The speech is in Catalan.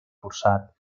forçat